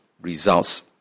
results